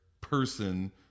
person